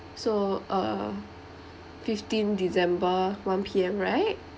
so uh fifteenth december one P_M right